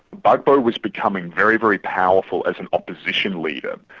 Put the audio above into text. gbagbo was becoming very, very powerful as an opposition leader.